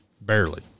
Barely